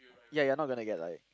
yeah you're not gonna get like